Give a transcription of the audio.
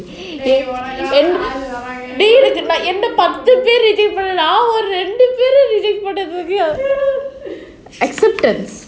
என்ன ஒரு பத்து பேரு:enna oru pathu peru reject பண்ணிருக்காங்க:pannirukanga acceptance